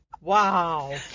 Wow